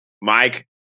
Mike